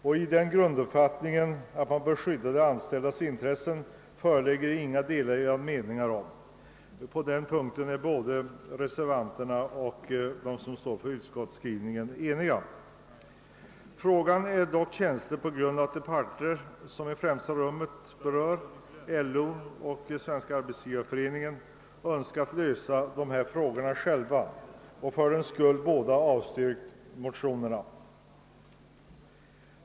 I fråga om grunduppfattningen att man bör skydda de anställdas intressen föreligger inga delade meningar. På den punkten är reservanterna och de som står för utskottets skrivning eniga. Frågan är dock känslig på grund av att de parter som den i främsta rummet berör, LO och Svenska arbetsgivareföreningen, önskat lösa frågan själva och fördenskull båda avstyrkt motionerna.